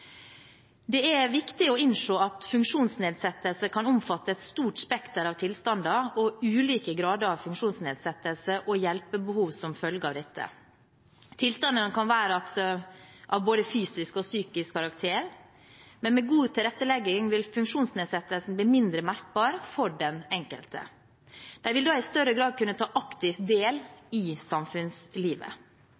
Det er viktig å innse at ulike grader av funksjonsnedsettelse kan omfatte et stort spekter av tilstander og hjelpebehov som en følge av dette. Tilstanden kan være av både fysisk og psykisk karakter, men med god tilrettelegging vil funksjonsnedsettelsen bli mindre merkbar for den enkelte. De vil da i større grad kunne ta aktivt del